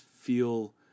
feel